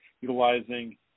utilizing